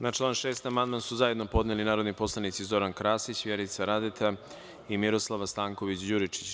Na član 6. amandman su zajedno podneli narodni poslanici Zoran Krasić, Vjerica Radeta i Miroslava Stanković Đuričić.